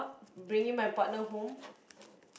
bringing my partner home